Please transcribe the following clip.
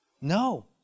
No